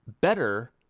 better